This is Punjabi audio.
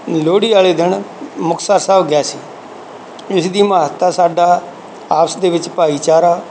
ਲੋਹੜੀ ਵਾਲੇ ਦਿਨ ਮੁਕਤਸਰ ਸਾਹਿਬ ਗਿਆ ਸੀ ਇਸ ਦੀ ਮਹੱਤਤਾ ਸਾਡਾ ਆਪਸ ਦੇ ਵਿੱਚ ਭਾਈਚਾਰਾ